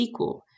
SQL